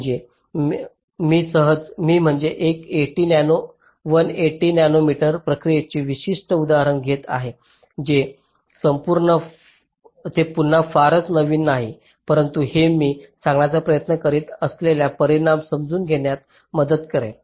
म्हणजे मी म्हणजे 180 नॅनोमीटर प्रक्रियेचे विशिष्ट उदाहरण घेत आहे जे पुन्हा फारच नवीन नाही परंतु हे मी सांगण्याचा प्रयत्न करीत असलेले परिणाम समजून घेण्यात मदत करेल